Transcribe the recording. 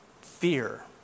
fear